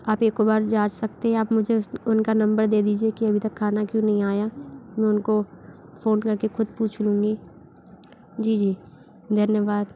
आप एक बार जाँच सकते हैं आप मुझे उस उनका नंबर दे दीजिए कि अभी तक खाना क्यों नहीं आया मैं उनको फ़ोन कर के ख़ुद पूछ लूँगी जी जी धन्यवाद